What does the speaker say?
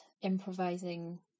improvising